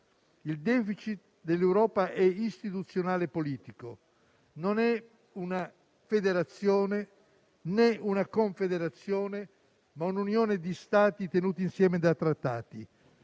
il *deficit* dell'Europa è istituzionale e politico. Non è una federazione né una confederazione, ma un'unione di Stati tenuti insieme da trattati.